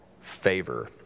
favor